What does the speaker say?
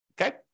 okay